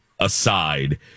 Aside